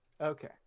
okay